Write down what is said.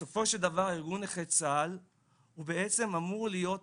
בסופו של דבר ארגון נכי צה"ל הוא בעצם אמור להיות הפה,